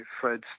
Fred